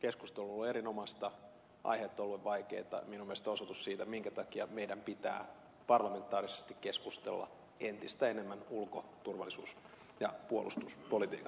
keskustelu on ollut erinomaista aiheet ovat olleet vaikeita minun mielestäni osoitus siitä minkä takia meidän pitää parlamentaarisesti keskustella entistä enemmän ulko turvallisuus ja puolustuspolitiikasta